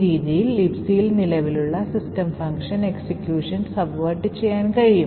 ഈ രീതിയൽ Libcയിൽ നിലവിലുള്ള സിസ്റ്റം ഫംഗ്ഷൻ എക്സിക്യൂഷൻ subvert ചെയ്യാൻ കഴിയും